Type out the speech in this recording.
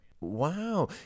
Wow